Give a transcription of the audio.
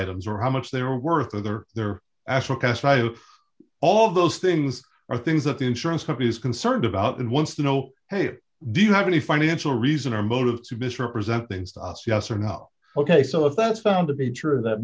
items or how much they were worth of their their actual cash value all of those things are things that the insurance company is concerned about and wants to know hey do you have any financial reason or motive to misrepresent things to us yes or no ok so if that's found to be true that